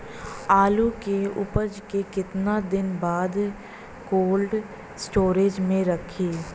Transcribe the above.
आलू के उपज के कितना दिन बाद कोल्ड स्टोरेज मे रखी?